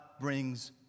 brings